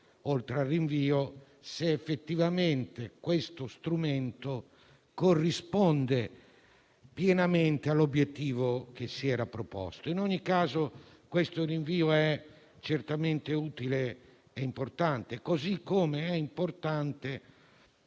oltre al rinvio, se effettivamente questo strumento corrisponda pienamente all'obiettivo che si era preposto. In ogni caso, questo rinvio è certamente utile e importante, così come è importante